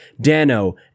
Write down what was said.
Dano